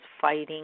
fighting